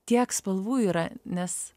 tiek spalvų yra nes